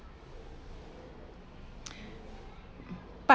part